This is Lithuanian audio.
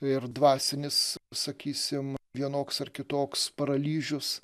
ir dvasinis sakysim vienoks ar kitoks paralyžius